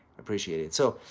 appreciate it. so,